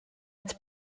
its